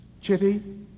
Chitty